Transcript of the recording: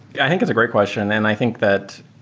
i think it's a great question, and i think that